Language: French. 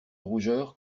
rougeur